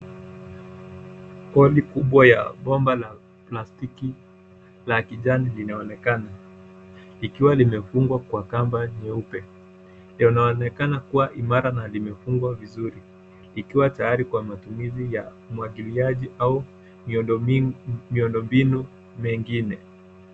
Poli kubwa ya bomba la plastiki la kijani linaonekana. Ikiwa limefungwa kwa kamba nyeupe. Linaonaonekana kuwa imara na limefungwa vizuri. Ikiwa tayari kwa matumizi ya umwagiliaji au miundombinu mengine.